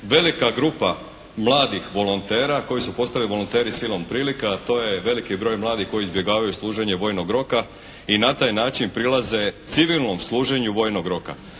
velik grupa mladih volontera koji su postali volonteri silom prilika, a to je veliki broj mladih koji izbjegavaju služenje vojnog roka i na taj način prilaze civilnom služenja vojnog roka.